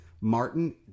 Martin